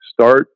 start